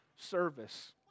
service